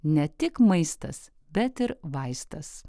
ne tik maistas bet ir vaistas